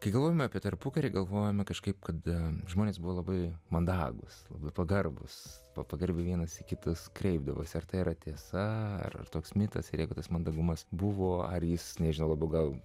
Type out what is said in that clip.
kai galvojame apie tarpukarį galvojame kažkaip kada žmonės buvo labai mandagūs labai pagarbūs pagarbiai vienas kitas kreipdavosi ar tai yra tiesa ar toks mitas reketas mandagumas buvo ar jis nežino labu gal